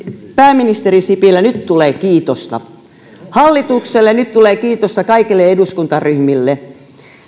pääministeri sipilä nyt tulee kiitosta hallitukselle ja nyt tulee kiitosta kaikille eduskuntaryhmille